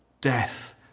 death